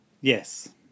Yes